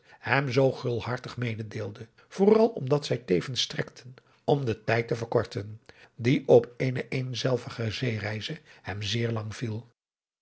hem zoo gulhartig mededeelde vooral omdat zij tevens strekten om den tijd te verkorten die op eene eenzelvige zeereize hem zeer lang viel